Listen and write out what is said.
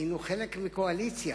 והיינו חלק מקואליציה.